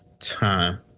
Time